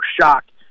shocked